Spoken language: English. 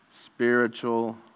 spiritual